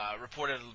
reported